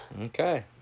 Okay